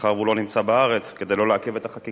מאחר שהוא לא נמצא בארץ, כדי לא לעכב את החקיקה,